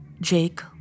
Jake